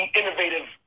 innovative